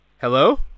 hello